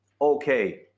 okay